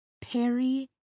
Perry